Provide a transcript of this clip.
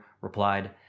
replied